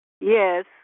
Yes